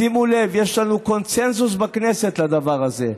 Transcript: שימו לב, יש לנו קונסנזוס בכנסת לדבר הזה.